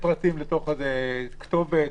כתובת